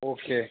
okay